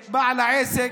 את בעל העסק,